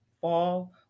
fall